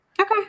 Okay